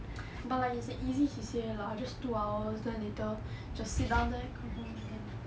but like it's a easy C_C_A lah just two hours then later just sit down there come home then